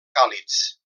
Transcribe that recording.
càlids